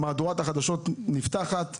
מהדורת החדשות נפתחת במילים: